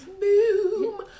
Boom